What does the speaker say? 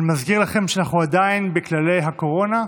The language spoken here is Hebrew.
אני מזכיר לכם שאנחנו עדיין בכללי הקורונה.